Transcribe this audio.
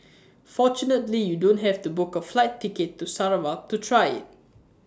fortunately you don't have to book A flight ticket to Sarawak to try IT